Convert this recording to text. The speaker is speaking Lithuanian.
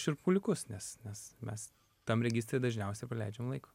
šiurpuliukus nes nes mes tam registre dažniausia praleidžiam laiko